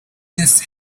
this